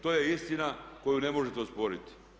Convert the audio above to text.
To je istina koju ne možete osporiti.